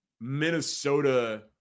Minnesota